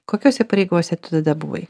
kokiose pareigose tu tada buvai